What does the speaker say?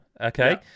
okay